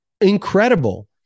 Incredible